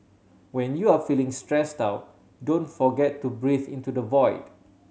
when you are feeling stressed out don't forget to breathe into the void